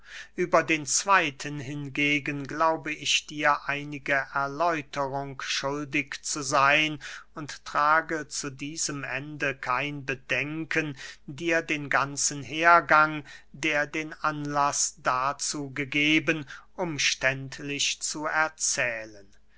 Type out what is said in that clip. über den zweyten hingegen glaube ich dir einige erläuterung schuldig zu seyn und trage zu diesem ende kein bedenken dir den ganzen hergang der den anlaß dazu gegeben umständlich zu erzählen